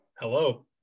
Hello